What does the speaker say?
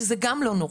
שזה גם לא נורא,